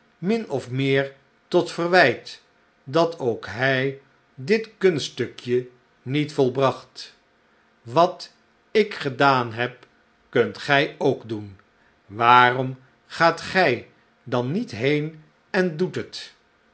min of meer tot verwijt dat ook hij dit kunststukje niet volbracht wat ik gedaan heb kunt gij ook doen waarom gaat gij dan niet heen en doet het